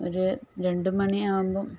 ഒരു രണ്ടു മണി ആകുമ്പോൾ